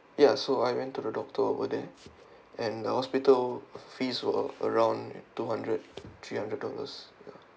ya so I went to the doctor over there and the hospital fees were around two hundred three hundred dollars ya